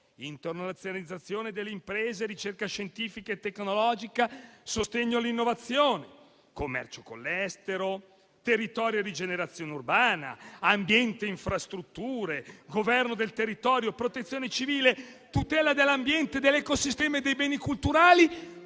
internazionalizzazione delle imprese, ricerca scientifica e tecnologica, sostegno all'innovazione, commercio con l'estero, territorio e rigenerazione urbana, ambiente e infrastrutture, governo del territorio, protezione civile, tutela dell'ambiente, dell'ecosistema e dei beni culturali,